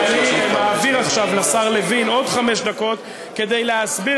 ואני מעביר עכשיו לשר לוין עוד חמש דקות כדי להסביר